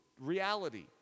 reality